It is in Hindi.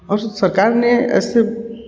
और सरकार ने ऐसे